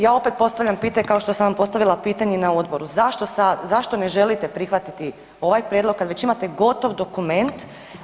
Ja opet postavljam pitanje kao što sam vam postavila pitanje na odboru, zašto ne želite prihvatiti ovaj prijedlog kada već imate gotov dokument?